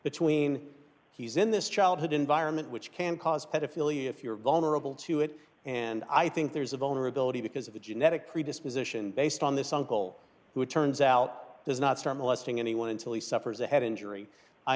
between he's in this childhood environment which can cause pedophilia if you're vulnerable to it and i think there's a vulnerability because of a genetic predisposition based on this uncle who it turns out does not start molesting anyone until he suffers a head injury i